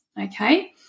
Okay